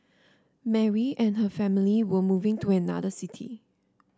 Mary and her family were moving to another city